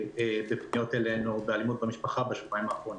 בפניות אלינו בקשר לאלימות במשפחה בשבועיים האחרונים.